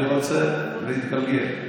אני רוצה להתגלגל.